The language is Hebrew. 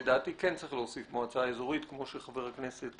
לדעתי כן צריך להוסיף פה "מועצה אזורית" כמו שחבר הכנסת